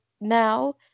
now